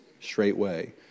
straightway